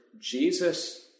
Jesus